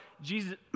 Jesus